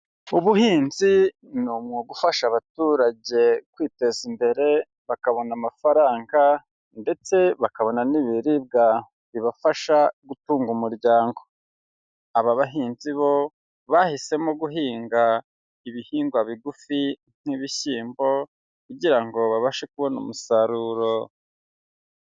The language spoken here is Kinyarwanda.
Ubuhinzi ni umwuga ufasha abaturage kwiteza imbere, bakabona amafaranga ndetse bakabona n'ibiribwa bibafasha gutunga umuryango, aba bahinzi bo bahisemo guhinga ibihingwa bigufi nk'ibishyimbo kugira ngo babashe kubona umusaruro.